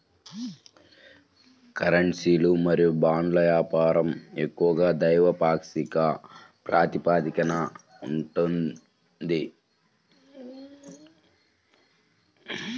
కరెన్సీలు మరియు బాండ్ల వ్యాపారం ఎక్కువగా ద్వైపాక్షిక ప్రాతిపదికన ఉంటది